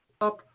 up